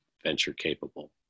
venture-capable